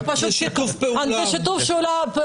זה שיתוף פעולה.